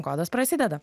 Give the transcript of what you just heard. kodas prasideda